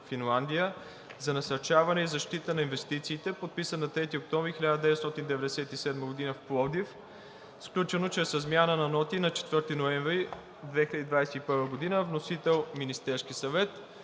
за насърчаване и защита на инвестициите, подписан на 3 октомври 1997 г. в Пловдив, сключено чрез размяна на ноти на 4 ноември 2021 г. Законопроектът